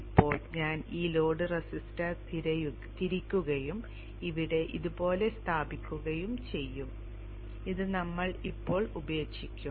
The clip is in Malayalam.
ഇപ്പോൾ ഞാൻ ഈ ലോഡ് റെസിസ്റ്റർ തിരിക്കുകയും ഇവിടെ ഇതുപോലെ സ്ഥാപിക്കുകയും ചെയ്യും ഇത് നമ്മൾ ഇപ്പോൾ ഉപേക്ഷിക്കും